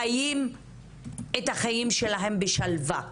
חיים את החיים שלהם בשלווה.